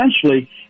Essentially